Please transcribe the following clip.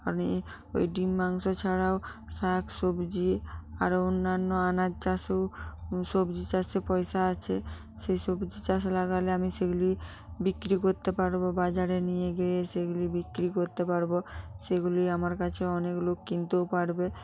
আমি ওই ডিম মাংস ছাড়াও শাক সবজি আরো অন্যান্য আনাজ চাষ সবজি চাষে পয়সা আছে সেই সবজি চাষ লাগালে আমি সেগুলি বিক্রি করতে পারব বাজারে নিয়ে গিয়ে সেগুলি বিক্রি করতে পারব সেগুলি আমার কাছে অনেক লোক কিনতেও পারবে